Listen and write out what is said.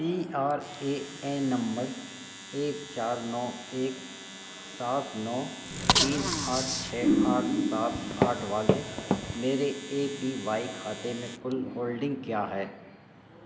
P R A N number एक चार नौ एक सात नौ तीन आठ छह आठ सात आठ वाले मेरे ए पी वाई खाते में कुल होल्डिन्ग क्या है